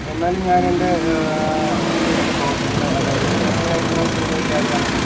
പക്ഷെ എന്നാലും ഞാനെൻ്റെ എനിക്ക് എൻ്റെ പ്രൊഫഷനലിന് അതായത് പ്രൊഫഷണലായിട്ടുള്ള ചെയ്യുന്ന ഒരു കാര്യമാണ്